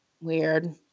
weird